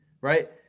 right